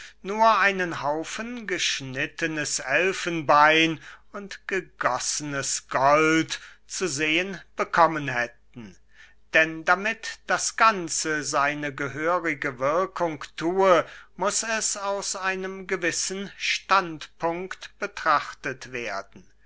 nur einen haufen geschnittenes elfenbein und gegossenes gold zu sehen bekommen hätten denn damit das ganze seine gehörige wirkung thue muß es aus einem gewissen standpunkt betrachtet werden